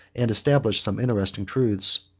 and established some interesting truths.